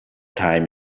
time